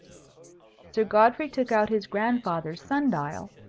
sir godfrey took out his grandfather's sun-dial,